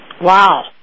Wow